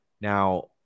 Now